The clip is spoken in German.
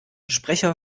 sprecher